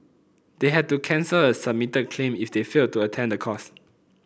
they had to cancel a submitted claim if they failed to attend the course